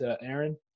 Aaron